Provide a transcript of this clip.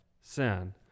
Sin